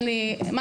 מה,